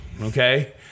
okay